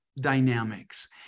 dynamics